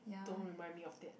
don't remind me of that